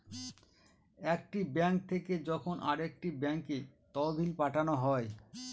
একটি ব্যাঙ্ক থেকে যখন আরেকটি ব্যাঙ্কে তহবিল পাঠানো হয়